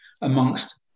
amongst